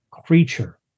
creature